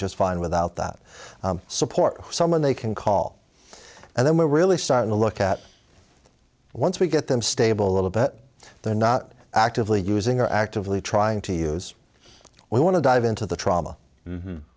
just fine without that support someone they can call and then we're really starting to look at once we get them stable a little bit they're not actively using or actively trying to use we want to dive into the trauma